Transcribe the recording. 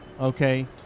okay